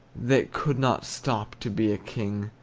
that could not stop to be a king,